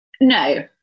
No